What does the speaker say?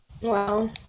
wow